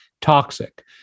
toxic